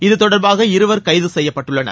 இதுதொடர்பான இருவர் கைது செய்யப்பட்டுள்ளனர்